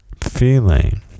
feeling